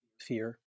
fear